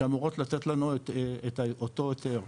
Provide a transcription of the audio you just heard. שאמורות לתת לנו את אותו היתר.